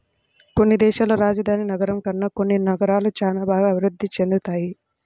కొన్ని దేశాల్లో రాజధాని నగరం కన్నా కొన్ని నగరాలు చానా బాగా అభిరుద్ధి చెందాయి